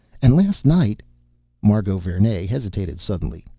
and last night margot vernee hesitated suddenly.